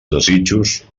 desitjos